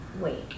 Wait